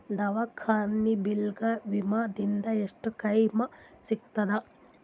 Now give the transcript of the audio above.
ದವಾಖಾನಿ ಬಿಲ್ ಗ ವಿಮಾ ದಿಂದ ಎಷ್ಟು ಕ್ಲೈಮ್ ಸಿಗತದ?